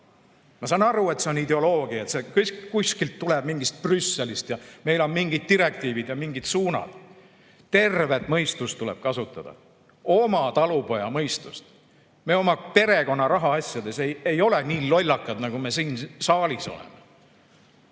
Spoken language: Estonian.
Ma saan aru, et see on ideoloogia, see kuskilt tuleb, mingist Brüsselist, ja meil on mingid direktiivid ja mingid suunad. Tervet mõistust tuleb kasutada, oma talupojamõistust! Me oma perekonna rahaasjades ei ole nii lollakad, nagu me siin saalis oleme.